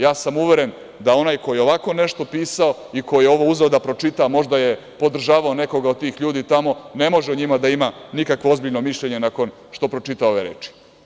Ja sam uveren da onaj koji je ovako nešto pisao i koji je ovo uzeo da pročita, a možda je podržavao nekoga od tih ljudi tamo, ne može o njima da ima nikakvo ozbiljno mišljenje nakon što pročita ove reči.